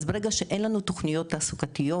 אז ברגע שאין לנו תוכניות תעסוקתיות,